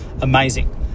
amazing